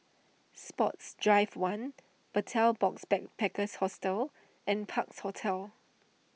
Sports Drive one Betel Box Backpackers Hostel and Parks Hotel